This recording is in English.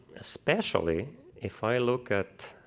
especially if i look at